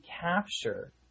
capture